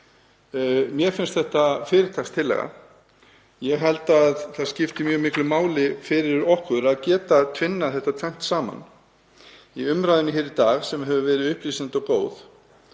Mér finnst þetta fyrirtakstillaga. Ég held að það skipti mjög miklu máli fyrir okkur að geta tvinnað þetta tvennt saman. Í umræðunni hér í dag, sem hefur verið upplýsandi og góð,